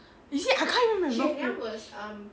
you see I can't even remember who